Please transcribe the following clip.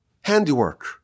handiwork